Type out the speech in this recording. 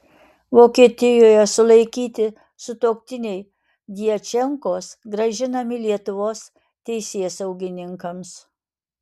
vokietijoje sulaikyti sutuoktiniai djačenkos grąžinami lietuvos teisėsaugininkams